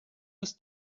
bis